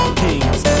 kings